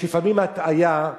יש לפעמים הטעיה,